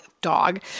dog